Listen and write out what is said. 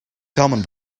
common